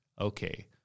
Okay